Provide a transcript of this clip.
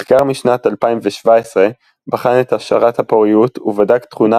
מחקר משנת 2017 בחן את השערת הפוריות ובדק תכונה